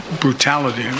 brutality